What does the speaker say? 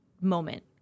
moment